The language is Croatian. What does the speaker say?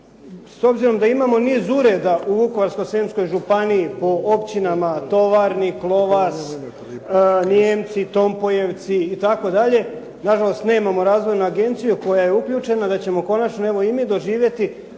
s obzirom da imamo niz ureda u Vukovarsko-srijemskoj županiji po općinama Tovarnik, Lovas, Nijemci, Tompojevci itd. nažalost nemamo razvojnu agenciju koja je uključena da ćemo konačno evo i mi doživjeti